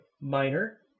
minor